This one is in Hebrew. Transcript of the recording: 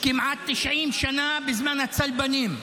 כמעט 90 שנה בזמן הצלבנים.